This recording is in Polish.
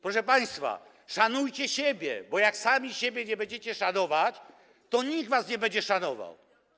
Proszę państwa, szanujcie siebie, bo jak sami siebie nie będziecie szanować, to nikt was nie będzie szanował.